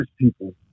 people